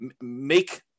make